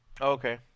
Okay